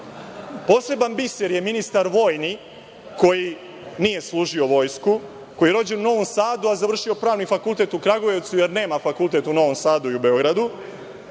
Poseban biser je ministar vojni koji nije služio vojsku, koji je rođen u Novom Sadu, a završio je Pravni fakultet u Kragujevcu jer nema fakultet u Novom Sadu i Beogradu